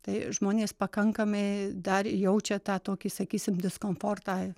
tai žmonės pakankamai dar jaučia tą tokį sakysim diskomfortą